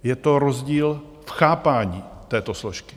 Je to rozdíl v chápání této složky.